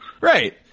Right